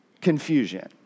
confusion